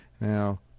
Now